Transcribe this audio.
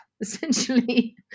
essentially